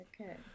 Okay